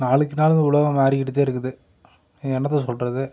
நாளுக்கு நாள் உலகம் மாறிக்கிட்டு தான் இருக்குது என்னத்தை சொல்கிறது